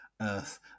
earth